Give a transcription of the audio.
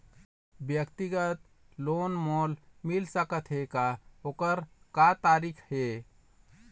व्यक्तिगत लोन मोल मिल सकत हे का, ओकर का तरीका हे?